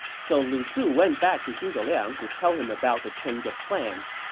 so lu su went back to zhuge liang to tell him about the change of plans,